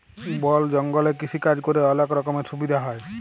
বল জঙ্গলে কৃষিকাজ ক্যরে অলক রকমের সুবিধা হ্যয়